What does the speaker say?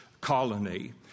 colony